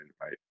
Right